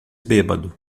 bêbado